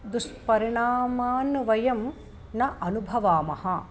दुष्परिणामान् वयं न अनुभवामः